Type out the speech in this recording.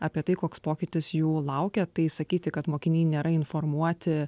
apie tai koks pokytis jų laukia tai sakyti kad mokiniai nėra informuoti